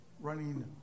running